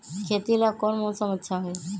खेती ला कौन मौसम अच्छा होई?